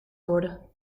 worden